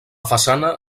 façana